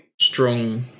strong